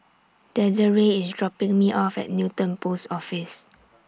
Desirae IS dropping Me off At Newton Post Office